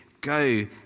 go